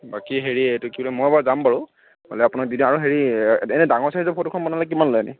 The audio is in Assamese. বাকী হেৰি এইটো কি বাৰু মই বাৰু যাম বাৰু হ'লে আপোনাক দি যাম আৰু হেৰি এনেই ডাঙৰ চাইজৰ ফটোখন বনালে কিমান লয় এনেই